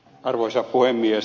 arvoisa puhemies